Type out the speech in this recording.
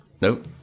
Nope